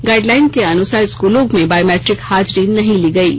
guideline के अनुसार स्कूलों में बायोमैट्रिक हाजरी नहीं ली गयी